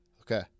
Okay